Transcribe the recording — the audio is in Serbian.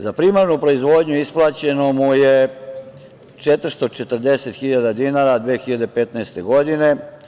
Za primarnu proizvodnju isplaćeno mu je 440.000 dinara 2015. godine.